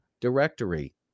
Directory